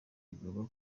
igomba